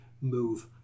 Move